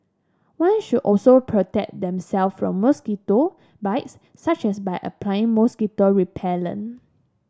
one should also protect themself from mosquito bites such as by applying mosquito repellent